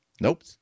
Nope